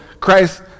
Christ